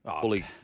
fully